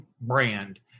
brand